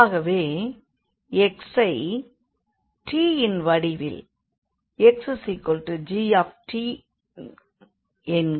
ஆகவே x ஐ t யின் வடிவில் xg என்க